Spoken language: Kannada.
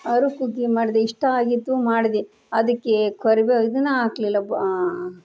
ಹರುಕ್ ಹುಗ್ಗಿ ಮಾಡಿದೆ ಇಷ್ಟ ಆಗಿತ್ತು ಮಾಡಿದೆ ಅದಕ್ಕೆ ಕರ್ಬೇವು ಇದನ್ನು ಹಾಕ್ಲಿಲ್ಲ